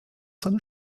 seine